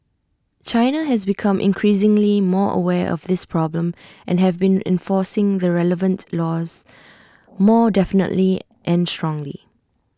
China has become increasingly more aware of this problem and have been enforcing the relevant laws more definitely and strongly